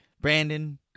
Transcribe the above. Brandon